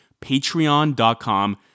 patreon.com